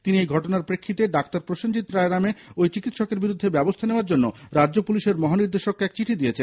তিনি এই ঘটনার প্রেক্ষিতে ডাক্তার প্রসেনজিত রায় নামে ওই চিকিৎসকের বিরুদ্ধে ব্যবস্থা নেওয়ার জন্য রাজ্য পুলিশের মহানির্দেশককে এক চিঠি দিয়েছেন